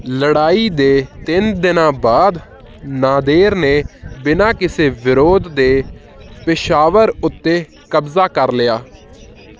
ਲੜਾਈ ਦੇ ਤਿੰਨ ਦਿਨਾਂ ਬਾਅਦ ਨਾਦੇਰ ਨੇ ਬਿਨਾਂ ਕਿਸੇ ਵਿਰੋਧ ਦੇ ਪਿਸ਼ਾਵਰ ਉੱਤੇ ਕਬਜ਼ਾ ਕਰ ਲਿਆ